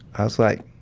i was like,